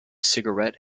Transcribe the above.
cigarette